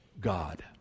God